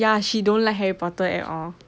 ya she don't like harry potter at all